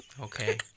Okay